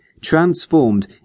transformed